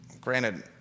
granted